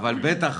אבל בטח